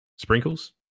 sprinkles